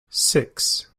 six